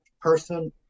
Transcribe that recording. person